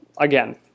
again